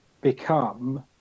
become